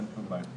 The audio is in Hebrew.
אין שום בעיה.